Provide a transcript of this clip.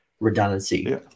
redundancy